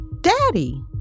Daddy